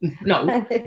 No